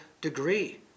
degree